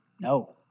no